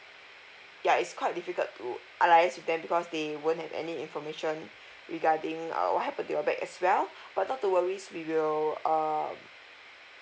ya it's quite difficult to ah liaise with them because they won't have any information regarding ah what happened to your bag as well but not to worries we will know um